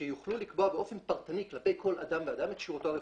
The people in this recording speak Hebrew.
שיוכלו לקבוע באופן פרטני כלפי כל אדם ואדם את כשירותו הרפואית.